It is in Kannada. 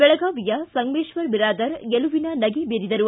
ಬೆಳಗಾವಿಯ ಸಂಗಮೇಶ್ವರ ಬಿರಾದಾರ ಗೆಲುವಿನ ನಗೆ ಬೀರಿದರು